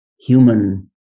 human